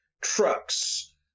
trucks